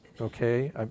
Okay